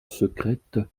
secrète